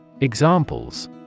Examples